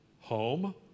Home